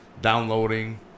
downloading